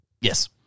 yes